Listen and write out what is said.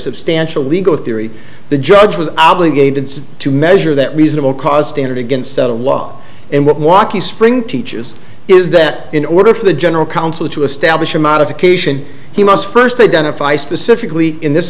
substantial legal theory the judge was obligated to measure that reasonable cause standard against the law and what walky spring teaches is that in order for the general counsel to establish a modification he must first identify specifically in this